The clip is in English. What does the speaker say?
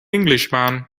englishman